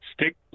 stick